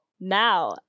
Now